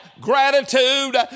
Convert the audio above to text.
gratitude